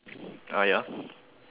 ya